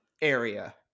area